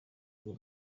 uwo